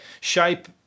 Shape